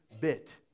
bit